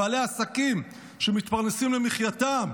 בעלי עסקים שמתפרנסים למחייתם,